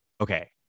okay